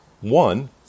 One